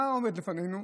מה עומד לפנינו?